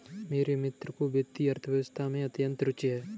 मेरे मित्र को वित्तीय अर्थशास्त्र में अत्यंत रूचि है